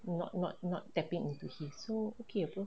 not not not tapping into his so okay apa